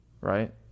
right